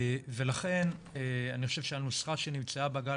ולכן אני חושב שהנוסחה שנמצאה בגל